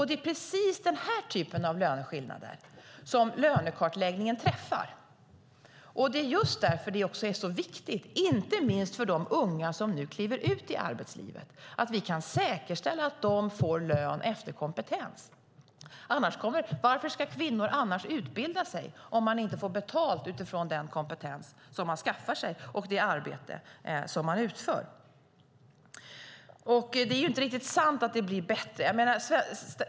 Det är precis den här typen av löneskillnader som lönekartläggningen träffar. Det är just därför det också är så viktigt, inte minst för de unga som nu kliver ut i arbetslivet, att vi kan säkerställa att de får lön efter kompetens. Varför ska kvinnor annars utbilda sig om de inte får betalt utifrån den kompetens som de skaffar sig och det arbete som de utför? Det är inte riktigt sant att det blir bättre.